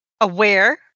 aware